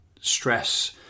stress